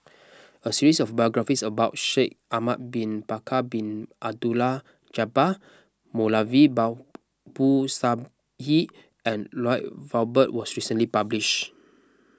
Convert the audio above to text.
a series of biographies about Shaikh Ahmad Bin Bakar Bin Abdullah Jabbar Moulavi Babu Sahib and Lloyd Valberg was recently published